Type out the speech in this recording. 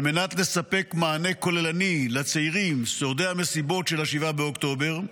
על מנת לספק מענה כוללני לצעירים שורדי המסיבות של 7 באוקטובר,